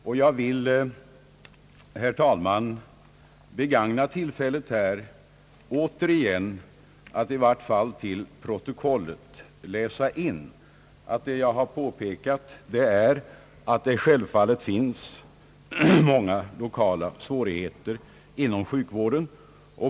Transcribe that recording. Och jag vill, herr talman, begagna tillfället att återigen i varje fall till protokollet läsa in att vad jag påpekat är, att det självfallet finns många lokala svårigheter inom sjukvården.